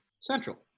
Central